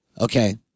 Okay